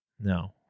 No